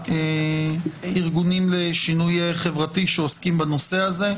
הארגונים לשינוי חברתי שעוסקים בנושא הזה.